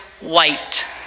white